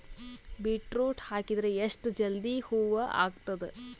Beetroot ಹಾಕಿದರ ಎಷ್ಟ ಜಲ್ದಿ ಹೂವ ಆಗತದ?